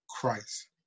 Christ